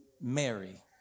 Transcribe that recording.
mary